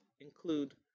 include